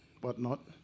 whatnot